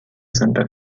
santa